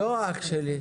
לא, אח שלי.